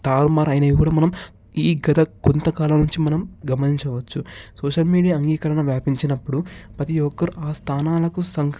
తారుమారు అయ్యాయో కూడా మనం ఈ గత కొంతకాలం నుంచి మనం గమనించవచ్చు సోషల్ మీడియా అంగీకరణ వ్యాపించినప్పుడు ప్రతీ ఒక్కరూ ఆ స్థానాలకు సన్